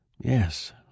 Yes